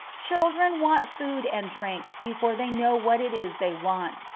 children want food and drink before they know what it is they want,